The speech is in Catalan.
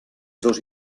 dos